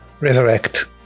resurrect